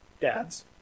dads